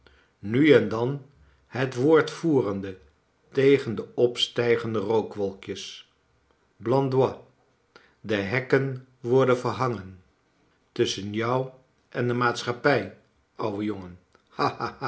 nu en dan het woord voerende tegen de opstijgende rookwolkjes blandois de hekken worden verhangen tnsschen jou en de maatschappij ouwe jongen